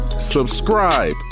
subscribe